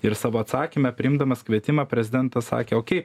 ir savo atsakyme priimdamas kvietimą prezidentas sakė okei